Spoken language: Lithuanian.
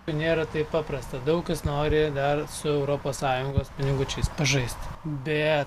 nėra taip paprasta daug kas nori dar su europos sąjungos pinigučiais pažaist bet